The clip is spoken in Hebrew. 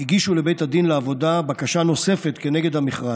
הגישו לבית הדין לעבודה בקשה נוספת כנגד המכרז,